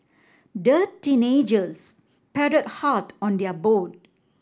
the teenagers paddled hard on their boat